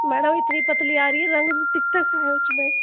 madam इतनी पतली आ रही है रंग दिखता कहाँ है उसमें